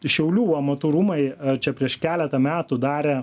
šiaulių amatų rūmai čia prieš keletą metų darė